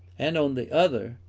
and on the other,